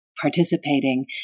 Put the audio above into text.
participating